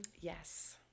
Yes